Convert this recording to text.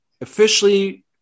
officially